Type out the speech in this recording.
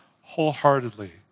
wholeheartedly